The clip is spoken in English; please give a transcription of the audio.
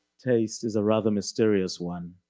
taste is a rather mysterious one.